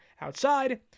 outside